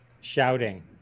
Shouting